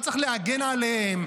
לא צריך להגן עליהם,